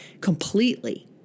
completely